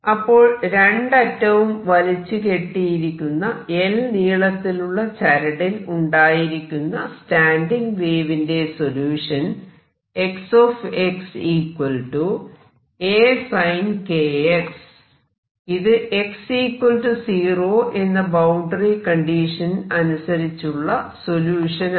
അപ്പോൾ രണ്ടറ്റവും വലിച്ചു കെട്ടിയിരിക്കുന്ന L നീളത്തിലുള്ള ചരടിൽ ഉണ്ടായിരിക്കുന്ന സ്റ്റാന്റിംഗ് വേവിന്റെ സൊല്യൂഷൻ ഇത് x 0 എന്ന ബൌണ്ടറി കണ്ടീഷൻ അനുസരിച്ചുള്ള സൊല്യൂഷൻ ആണ്